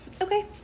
Okay